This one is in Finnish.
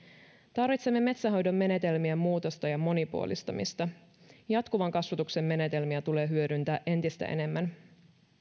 tarvitsemme metsänhoidon menetelmien muutosta ja monipuolistamista jatkuvan kasvatuksen menetelmiä tulee hyödyntää entistä enemmän